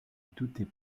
doutais